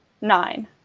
nine